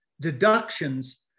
deductions